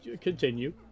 Continue